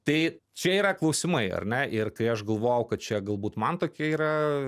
tai čia yra klausimai ar ne ir kai aš galvojau kad čia galbūt man tokia yra